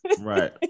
right